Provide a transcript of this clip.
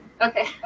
okay